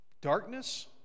darkness